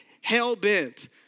hell-bent